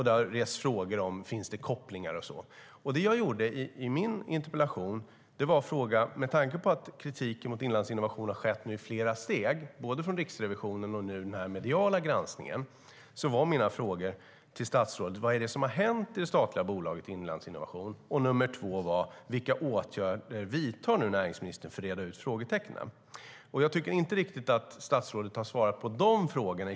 Det har alltså rests frågor om det finns kopplingar. Med tanke på att kritiken mot Inlandsinnovation har skett i flera steg och kommit både från Riksrevisionen och nu i den mediala granskningen, frågade jag i min interpellation statsrådet dels vad som har hänt i det statliga bolaget Inlandsinnovation, dels vilka åtgärder näringsministern vidtar för att reda ut frågetecknen. Jag tycker inte riktigt att statsrådet har svarat på frågorna.